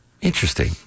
Interesting